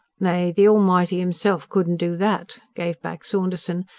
nay, the almighty himself couldn't do that, gave back saunderson,